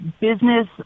business